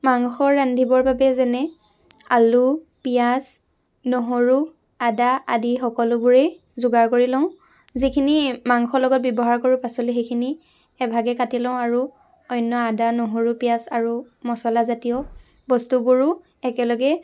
মাংস ৰান্ধিবৰ বাবে যেনে আলু পিয়াঁজ নহৰু আদা আদি সকলোবোৰেই যোগাৰ কৰি লওঁ যিখিনি মাংসৰ লগত ব্য়ৱহাৰ কৰোঁ পাচলি সেইখিনি এভাগে কাটি লওঁ আৰু অন্য় আদা নহৰু পিয়াঁজ আৰু মচলাজাতীয় বস্তুবোৰো একেলগে